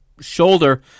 shoulder